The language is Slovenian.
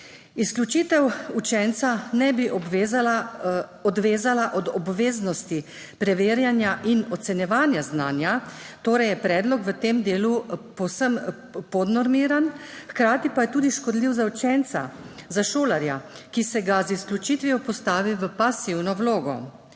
Izključitev učenca ne bi odvezala od obveznosti preverjanja in ocenjevanja znanja, torej je predlog v tem delu povsem podnormiran, hkrati pa je tudi škodljiv za učenca, za šolarja, ki se ga z izključitvijo postavi v pasivno vlogo.